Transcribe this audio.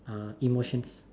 uh emotions